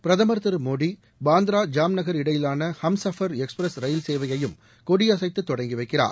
பிரதமர் திரு மோடி பாந்த்ரா ஜாம் நகர் இடையிலான ஹம்சஃபர் எக்ஸ்பிரஸ் ரயில் சேவையையும் கொடியசைத்து தொடங்கிவைக்கிறார்